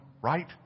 right